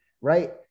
Right